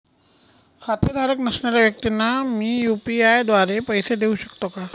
खातेधारक नसणाऱ्या व्यक्तींना मी यू.पी.आय द्वारे पैसे देऊ शकतो का?